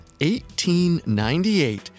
1898